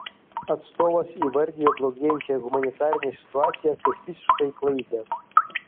atstovas įvardijo blogėjančią humanitarinę situaciją kaip visiškai klaikią